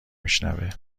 میشنوه